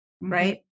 right